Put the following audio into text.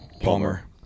Palmer